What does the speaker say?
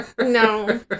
no